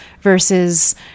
versus